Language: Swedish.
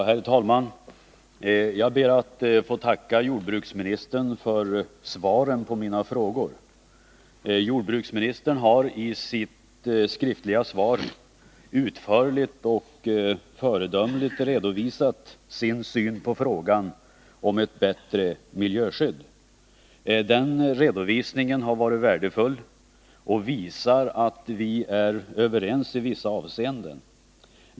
Herr talman! Jag ber att få tacka jordbruksministern för svaren på mina frågor. Jordbruksministern har i sitt skriftliga svar utförligt och föredömligt redovisat sin syn på frågan om ett bättre miljöskydd. Den redovisningen har varit värdefull och visar att vi är överens i vissa avseenden.